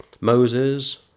Moses